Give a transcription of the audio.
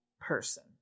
person